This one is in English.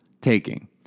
taking